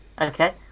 okay